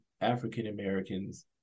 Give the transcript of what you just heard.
African-Americans